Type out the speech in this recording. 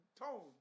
tone